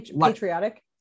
patriotic